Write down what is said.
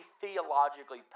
theologically